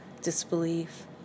disbelief